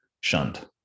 shunned